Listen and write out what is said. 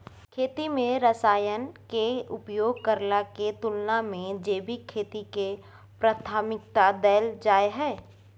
खेती में रसायन के उपयोग करला के तुलना में जैविक खेती के प्राथमिकता दैल जाय हय